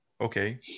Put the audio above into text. Okay